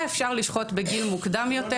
ואפשר לשחוט בגיל מוקדם יותר